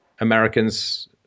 Americans